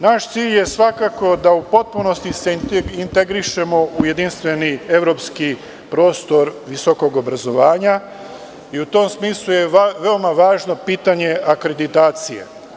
Naš cilj je da se u potpunosti integrišemo u jedinstveni evropski prostor visokog obrazovanja i u tom smislu je veoma važno pitanje akreditacije.